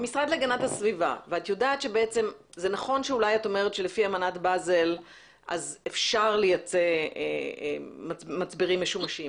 זה נכון שאולי את אומרת שלפי אמנת באזל אפשר לייצא מצברים משומשים